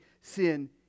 sin